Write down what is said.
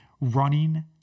running